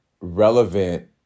relevant